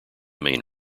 main